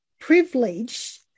privilege